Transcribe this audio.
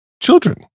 Children